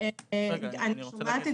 אם קראת את